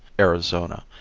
arizona,